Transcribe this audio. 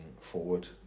forward